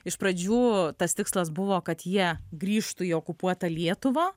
iš pradžių tas tikslas buvo kad jie grįžtų į okupuotą lietuvą